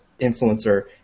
influencer